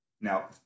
Now